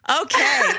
Okay